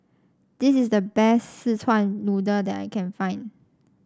this is the best Szechuan Noodle that I can find